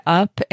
up